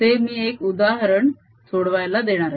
ते मी एक उदाहरण सोडवायला देणार आहे